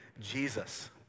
Jesus